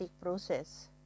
process